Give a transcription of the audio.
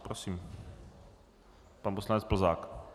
Prosím, pan poslanec Plzák.